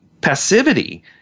passivity